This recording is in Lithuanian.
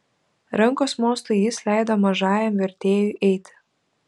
rankos mostu jis leido mažajam vertėjui eiti